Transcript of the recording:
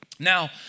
Now